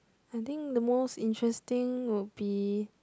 I think the most interesting would be